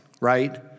right